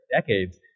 decades